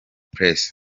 press